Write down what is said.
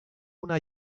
una